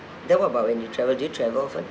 then what about when you travel do you travel for